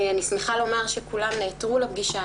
אני שמחה לומר שכולם נעתרו לפגישה.